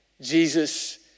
Jesus